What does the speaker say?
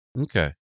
Okay